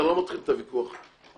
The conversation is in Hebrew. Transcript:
אני לא מתחיל את הוויכוח מההתחלה,